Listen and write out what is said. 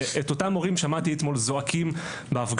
את אותם מורים שמעתי אתמול זועקים בהפגנה.